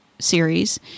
series